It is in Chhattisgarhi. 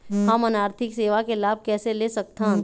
हमन आरथिक सेवा के लाभ कैसे ले सकथन?